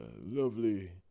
lovely